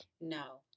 No